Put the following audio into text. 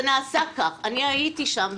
זה נעשה כך, אני הייתי שם.